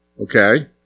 okay